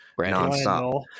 nonstop